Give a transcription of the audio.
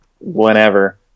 whenever